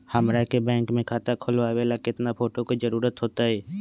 हमरा के बैंक में खाता खोलबाबे ला केतना फोटो के जरूरत होतई?